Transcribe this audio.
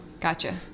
Gotcha